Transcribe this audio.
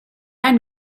ein